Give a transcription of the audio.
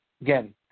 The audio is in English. Again